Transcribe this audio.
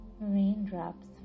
Raindrops